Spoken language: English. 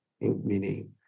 meaning